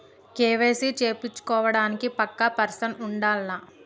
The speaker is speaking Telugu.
కే.వై.సీ చేపిచ్చుకోవడానికి పక్కా పర్సన్ ఉండాల్నా?